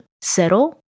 settle